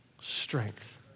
strength